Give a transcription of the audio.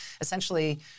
essentially